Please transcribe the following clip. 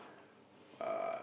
uh